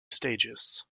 stages